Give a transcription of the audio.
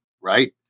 right